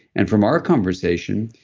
and from our conversation,